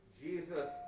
Jesus